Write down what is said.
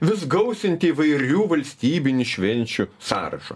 vis gausinti įvairių valstybinių švenčių sąrašo